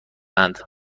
اند